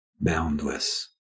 boundless